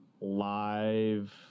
live